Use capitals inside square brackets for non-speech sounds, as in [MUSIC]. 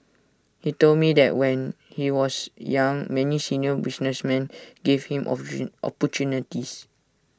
he told me that when he was young many senior businessmen gave him [UNINTELLIGIBLE] opportunities